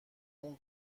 اون